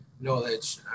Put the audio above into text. Knowledge